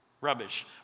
rubbish